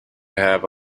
have